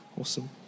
Awesome